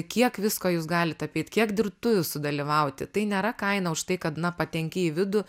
kiek visko jūs galit apeit kiek dirbtuvių sudalyvauti tai nėra kaina už tai kad na patenki į vidų